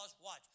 watch